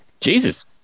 Jesus